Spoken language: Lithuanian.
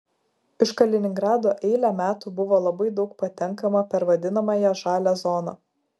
iš kaliningrado eilę metų buvo labai daug patenkama per vadinamąją žalią zoną